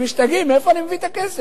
הם משתגעים, מאיפה אני מביא את הכסף?